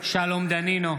שלום דנינו,